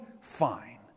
fine